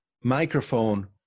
microphone